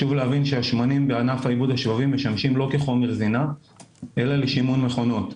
השמנים בענף העיבוד השבבי משמשים לא כחומר זינה אלא לשימון מכונות.